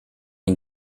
den